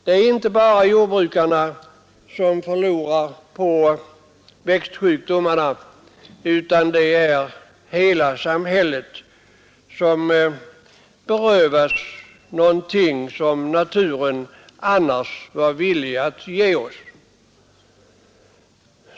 Det är inte bara jordbrukarna som förlorar på växtsjukdomarna utan hela samhället berövas därigenom något som naturen annars vore villig att ge oss.